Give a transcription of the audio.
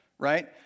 right